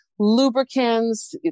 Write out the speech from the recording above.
lubricants